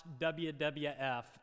WWF